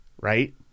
right